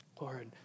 Lord